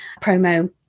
promo